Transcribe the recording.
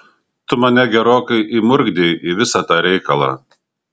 tu mane gerokai įmurkdei į visą tą reikalą